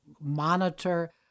monitor